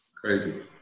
crazy